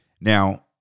Now